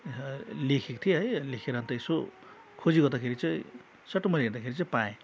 लेखेको थियो है लेखेर अन्त यसो खोजी गर्दाखेरि चाहिँ स्वाट्ट मैले हेर्दाखेरि चाहिँ पाएँ